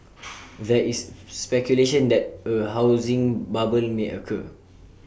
there is speculation that A housing bubble may occur